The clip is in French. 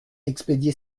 expédié